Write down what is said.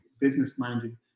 business-minded